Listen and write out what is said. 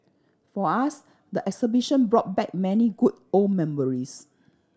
for us the exhibition brought back many good old memories